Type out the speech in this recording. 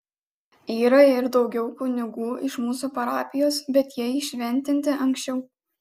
yra ir daugiau kunigų iš mūsų parapijos bet jie įšventinti anksčiau